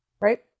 right